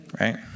Right